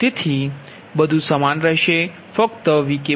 તેથી બધું સમાન રહેશે ફક્ત Vk 0 છે